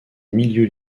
milieu